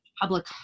public